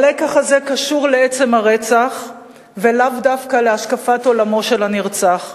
הלקח הזה קשור לעצם הרצח ולאו דווקא להשקפת עולמו של הנרצח,